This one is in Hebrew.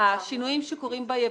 השינויים שקורים ביבוא.